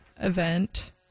event